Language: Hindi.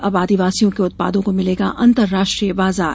अब आदिवासियों के उत्पादों को मिलेगा अंतर्राष्ट्रीय बाजार